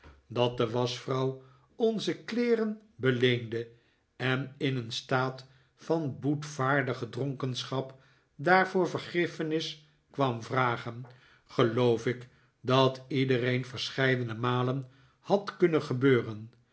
dat de waschvrouw onze kleeren beleende en in een staat van boetvaardige dronkenschap daarvoor vergiffenis kwam vragen geloof ik dat iedereen verscheidene malen had kunnen gebeuren